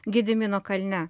gedimino kalne